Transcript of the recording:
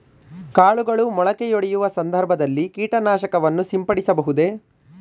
ಕಾಳುಗಳು ಮೊಳಕೆಯೊಡೆಯುವ ಸಂದರ್ಭದಲ್ಲಿ ಕೀಟನಾಶಕವನ್ನು ಸಿಂಪಡಿಸಬಹುದೇ?